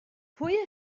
pwy